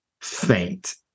faint